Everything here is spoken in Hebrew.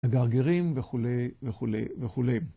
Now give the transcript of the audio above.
הגרגירים וכולי וכולי וכולי.